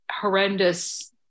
horrendous